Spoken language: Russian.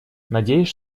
надеюсь